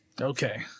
Okay